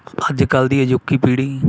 ਅੱਜ ਕੱਲ੍ਹ ਦੀ ਅਜੋਕੀ ਪੀੜ੍ਹੀ